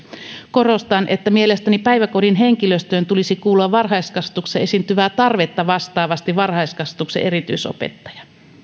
korostan että mielestäni päiväkodin henkilöstöön tulisi kuulua varhaiskasvatuksessa esiintyvää tarvetta vastaavasti varhaiskasvatuksen erityisopettaja